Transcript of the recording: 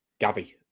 Gavi